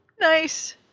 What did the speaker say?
nice